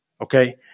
okay